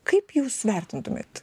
kaip jūs vertintumėt